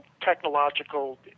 technological